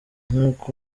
nkuko